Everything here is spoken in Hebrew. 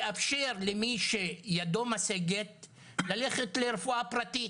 תאפשר למי שידו משגת ללכת לרפואה פרטית,